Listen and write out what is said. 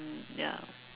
mm ya